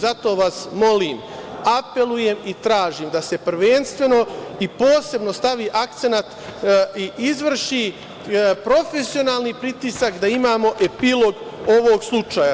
Zato vas molim, apelujem i tražim da se prvenstveno i posebno stavi akcenat i izvrši profesionalni pritisak da imamo epilog ovog slučaja.